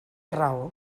raó